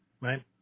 right